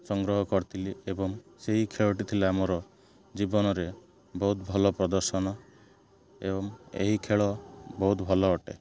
ସଂଗ୍ରହ କରିଥିଲି ଏବଂ ସେହି ଖେଳଟି ଥିଲା ଆମର ଜୀବନରେ ବହୁତ ଭଲ ପ୍ରଦର୍ଶନ ଏବଂ ଏହି ଖେଳ ବହୁତ ଭଲ ଅଟେ